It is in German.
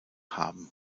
haben